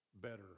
better